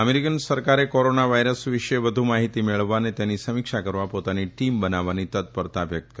American સરકારે coronavirus વિશે વધુ માહિતી મેળવવા અને તેની સમીક્ષા કરવા પોતાની ટીમ બનાવવાની તત્પરતા વ્યકત કરી છે